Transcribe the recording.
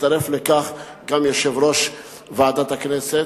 הצטרף לכך גם יושב-ראש ועדת הכנסת.